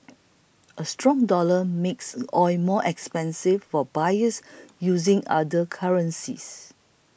a strong dollar makes oil more expensive for buyers using other currencies